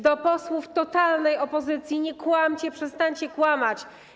Do posłów totalnej opozycji: nie kłamcie, przestańcie kłamać.